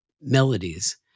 melodies